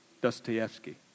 Dostoevsky